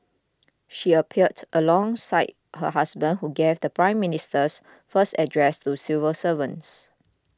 she appeared alongside her husband who gave the Prime Minister's first address to civil servants